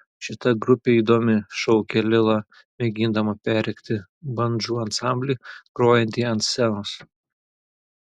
šita grupė įdomi šaukia lila mėgindama perrėkti bandžų ansamblį grojantį ant scenos